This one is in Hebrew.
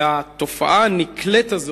והתופעה הנקלית הזאת,